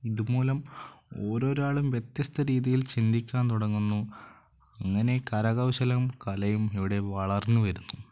ഇതുമൂലം ഓരോരോ ആളും വ്യത്യസ്ത രീതിയിൽ ചിന്തിക്കാൻ തുടങ്ങുന്നു അങ്ങനെ കരകൗശലവും കലയും ഇവിടെ വളർന്ന് വരുന്നു